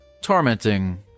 tormenting